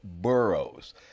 boroughs